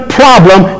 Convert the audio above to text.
problem